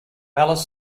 alice